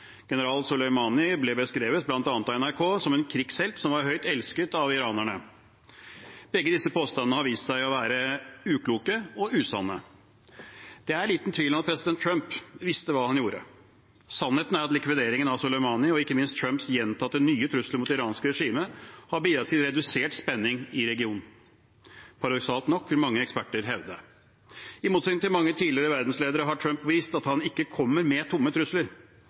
General Soleimani ble beskrevet, bl.a. av NRK, som en krigshelt som var høyt elsket av iranerne. Begge disse påstandene har vist seg å være ukloke og usanne. Det er liten tvil om at president Trump visste hva han gjorde. Sannheten er at likvideringen av Soleimani, og ikke minst Trumps gjentatte nye trusler mot det iranske regimet, har bidratt til redusert spenning i regionen – paradoksalt nok, vil mange eksperter hevde. I motsetning til mange tidligere verdensledere har Trump vist at han ikke kommer med tomme trusler.